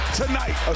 tonight